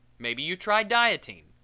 maybe you try dieting,